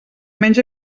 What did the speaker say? menys